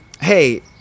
hey